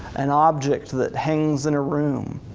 an object that hangs in a room,